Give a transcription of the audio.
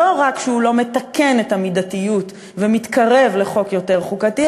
לא רק שהוא לא מתקן את המידתיות ומתקרב לחוק יותר חוקתי,